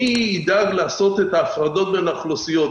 מי ידאג לעשות את ההפרדות בין האוכלוסיות,